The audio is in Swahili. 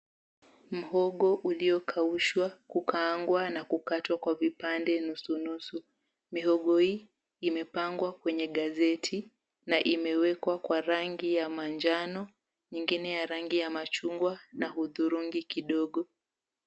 Mhogo uliokaushwa kukaangwa na kukatwa kwa vipande nusu nusu. Mihogo hii imepangwa kwenye gazeti na imewekwa kwa rangi ya manjano, nyingine ya rangi ya machungwa na hudhurungi kidogo.